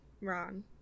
Ron